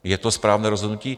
Je to správné rozhodnutí?